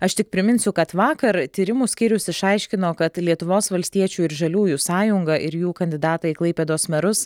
aš tik priminsiu kad vakar tyrimų skyrius išaiškino kad lietuvos valstiečių ir žaliųjų sąjungą ir jų kandidatą į klaipėdos merus